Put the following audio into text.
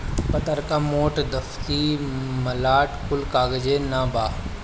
पतर्का, मोट, दफ्ती, मलाट कुल कागजे नअ बाअ